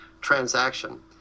transaction